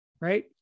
right